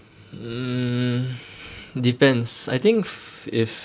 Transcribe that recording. um depends I think if